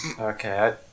Okay